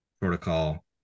protocol